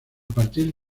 partir